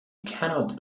cannot